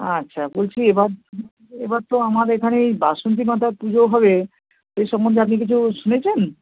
আচ্ছা বলছি এবার এবার তো আমার এখানে এই বাসন্তী মাতার পুজো হবে সেই সম্বন্ধে আপনি কিছু শুনেছেন